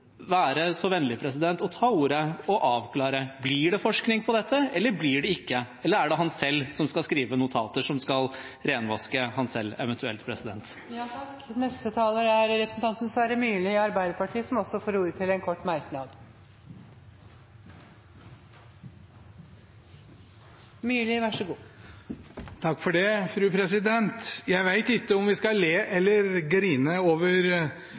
være låst? Kan statsråden være så vennlig å ta ordet og avklare: Blir det forskning på dette, eller blir det ikke? Eller er det han selv som skal skrive notater som eventuelt skal renvaske han selv? Sverre Myrli har hatt ordet to ganger tidligere og får ordet til en kort merknad, begrenset til 1 minutt. Jeg vet ikke om vi skal le eller grine over